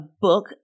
book